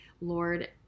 Lord